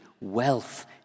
wealth